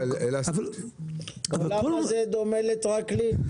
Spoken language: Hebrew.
זה דומה לטרקלין.